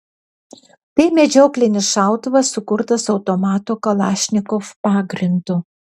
tai medžioklinis šautuvas sukurtas automato kalašnikov pagrindu